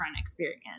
experience